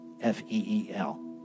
F-E-E-L